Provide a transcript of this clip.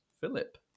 Philip